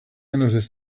noticed